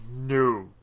No